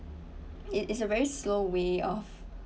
it is a very slow way of